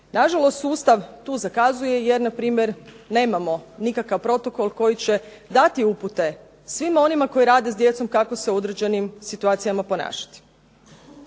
Na žalost sustav tu zakazuje jer na primjer nemamo nikakav protokol koji će dati upute svim onima koji rade s djecom kako se u određenim situacijama ponašati.